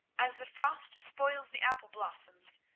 as the frost spoils the apple-blossoms,